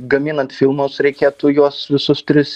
gaminant filmus reikėtų juos visus tris